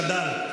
חדל.